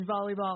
volleyball